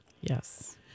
Yes